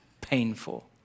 painful